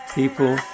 people